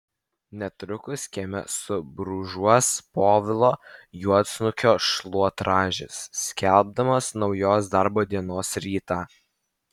netrukus kieme subrūžuos povilo juodsnukio šluotražis skelbdamas naujos darbo dienos rytą